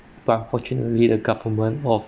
but unfortunately the government of